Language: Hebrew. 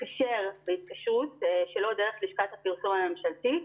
להתקשר בהתקשרות שלא דרך לשכת הפרסום הממשלתית.